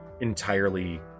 entirely